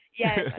Yes